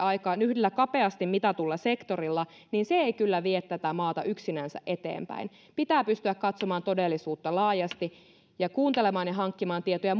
aikaan yhdellä kapeasti mitatulla sektorilla niin se ei kyllä vie tätä maata yksinänsä eteenpäin pitää pystyä katsomaan todellisuutta laajasti ja kuuntelemaan ja hankkimaan tietoja